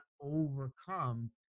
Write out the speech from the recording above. overcome